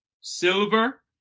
silver